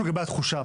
לגבי התחושה,